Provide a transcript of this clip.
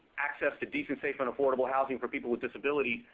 access to decent, safe, and affordable housing for people with disabilities.